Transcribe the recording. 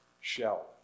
shell